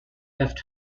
left